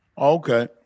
Okay